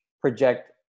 project